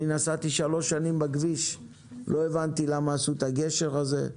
נסעתי שלוש שנים בכביש ולא הבנתי למה עשו את הגשר הזה,